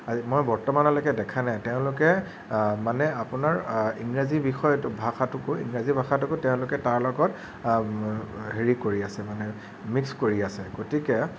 মই বৰ্তমানলৈকে দেখা নাই তেওঁলোকে মানে আপোনাৰ ইংৰাজী বিষয়টোক ভাষাটোকো ইংৰাজী ভাষাটোকো তেওঁলোকে তাৰ লগত হেৰি কৰি আছে মানে মিক্স কৰি আছে গতিকে